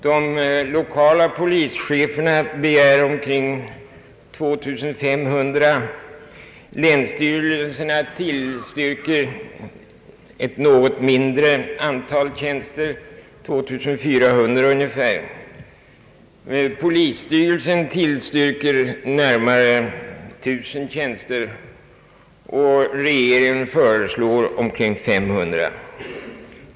De lokala polischeferna begär omkring 2500 tjänster, länsstyrelserna tillstyrcer eti något mindre antal — ungefär 2400 — polisstyrelsen tillstyrker närmare 1 000 tjänster och regeringen föreslår omkring 500.